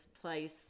place